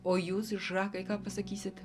o jūs žakai ką pasakysit